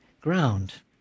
ground